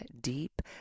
deep